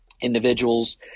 individuals